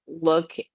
look